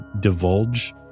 divulge